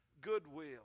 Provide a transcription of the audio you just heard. goodwill